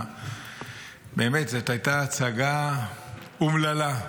באמת, זאת הייתה הצגה אומללה.